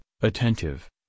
attentive